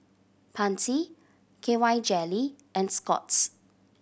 Pansy K Y Jelly and Scott's